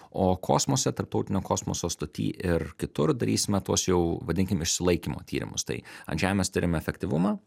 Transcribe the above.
o kosmose tarptautinio kosmoso stoty ir kitur darysime tuos jau vadinkim išsilaikymo tyrimus tai ant žemės tiriam efektyvumą